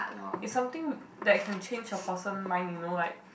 it's something that can change a person mind you know like